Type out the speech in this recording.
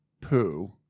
poo